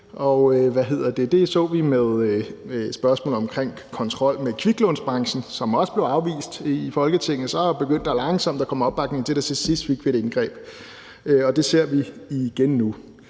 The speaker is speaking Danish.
med spørgsmålet om kontrol med kviklånsbranchen, som også blev afvist i Folketinget, men så begyndte der langsomt at komme opbakning til det, og til sidst fik vi et indgreb, og det ser vi igen nu.